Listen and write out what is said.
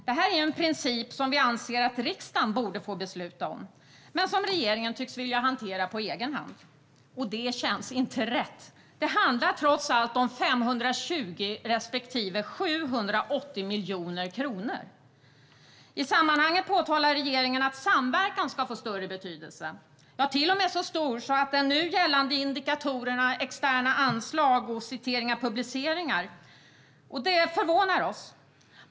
Detta är en princip som vi anser att riksdagen borde få besluta om men som regeringen tycks vilja hantera på egen hand. Det känns inte rätt. Det handlar trots allt om 520 respektive 780 miljoner kronor. I sammanhanget påpekar regeringen att samverkan ska få större betydelse - till och med lika stor som de nu gällande indikatorerna för externa anslag samt citeringar och publiceringar. Det förvånar oss.